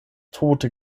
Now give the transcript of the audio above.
tote